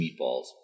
meatballs